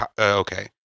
Okay